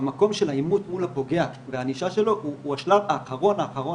המקום של העימות מול הפוגע והענישה שלו הוא השלב האחרון האחרון